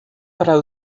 para